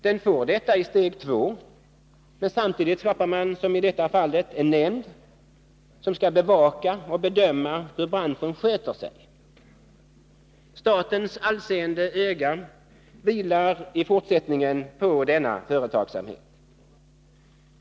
Den får detta i steg 2, men samtidigt skapas, som i detta fall, en nämnd som skall bevaka och bedöma hur branschen sköter sig. Statens allseende öga vilar i fortsättningen på denna företagsamhet.